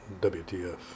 WTF